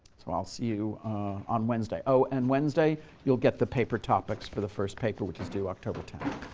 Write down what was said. so i'll see you on wednesday. oh, and wednesday, you'll get the paper topics for the first paper, which is due october ten.